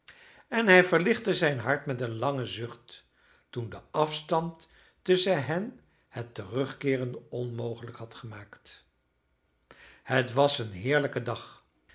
en hij verlichtte zijn hart met een langen zucht toen de afstand tusschen hen het terugkeeren onmogelijk had gemaakt het was een heerlijke dag